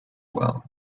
well